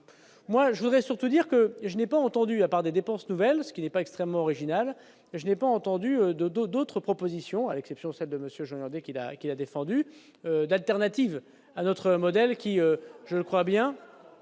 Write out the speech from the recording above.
moi je voudrais surtout dire que je n'ai pas entendu à part des dépenses nouvelles, ce qui n'est pas extrêmement original et je n'ai pas entendu de d'autres, d'autres propositions, à l'exception, celle de monsieur Jospin dès il a qu'a défendu d'alternative à notre modèle qui, je crois bien